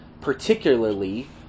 particularly